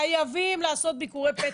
חייבים לעשות ביקורי פתע.